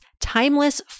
timeless